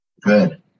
Good